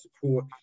support